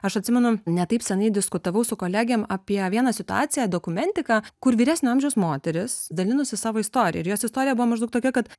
aš atsimenu ne taip seniai diskutavau su kolegėm apie vieną situaciją dokumentiką kur vyresnio amžiaus moterys dalinosi savo istorija ir jos istorija buvo maždaug tokia kad